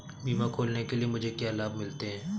बीमा खोलने के लिए मुझे क्या लाभ मिलते हैं?